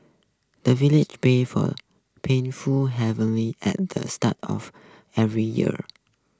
the villagers pray for plentiful harvest at the start of every year